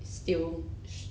still